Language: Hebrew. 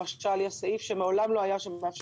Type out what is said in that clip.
יש למשל סעיף שמעולם לא היה שם,